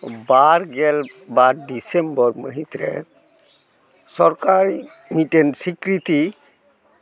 ᱵᱟᱨ ᱜᱮᱞ ᱵᱟᱨ ᱰᱤᱥᱮᱢᱵᱚᱨ ᱢᱟᱹᱦᱤᱛ ᱨᱮ ᱥᱚᱨᱠᱟᱨ ᱢᱤᱫᱴᱮᱱ ᱥᱚᱠᱨᱤᱛᱤᱭ